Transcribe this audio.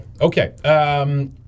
Okay